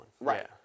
Right